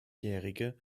jährige